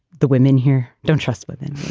the women here don't trust women.